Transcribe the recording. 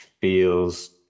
feels